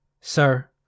Sir